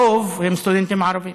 הרוב הם סטודנטים ערבים.